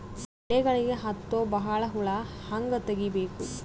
ಎಲೆಗಳಿಗೆ ಹತ್ತೋ ಬಹಳ ಹುಳ ಹಂಗ ತೆಗೀಬೆಕು?